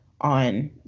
on